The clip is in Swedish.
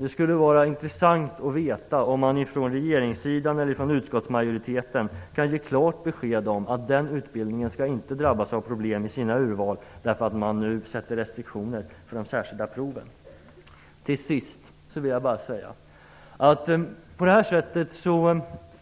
Det skulle vara intressant att höra om regeringen eller utskottsmajoriteten kan ge klart besked om att nämnda utbildning inte skall drabbas av problem vid sina urval, därför att det nu fastställs restriktioner för de särskilda proven. Vi har